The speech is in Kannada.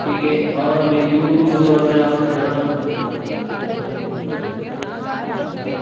ಹೀಗೆ ಅವರ ಮೇಲೆ ಇವರು ಇವರ ಮೇಲೆ ಅವರು ಜಗಳ ಮಾಡ್ಕೊತಾಲೂ ಇರ್ತಾರೆ ಆ ಥರ ಗುಂಪು ಘರ್ಷಣೆಗಳು ಸಹ ಆಗ್ತವೆ